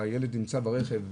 הילד נמצא ברכב,